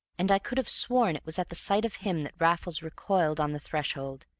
and i could have sworn it was at the sight of him that raffles recoiled on the threshold,